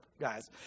guys